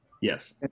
Yes